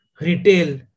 retail